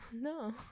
No